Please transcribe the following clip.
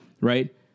Right